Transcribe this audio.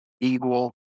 equal